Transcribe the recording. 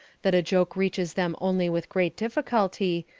that a joke reaches them only with great difficulty,